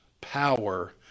power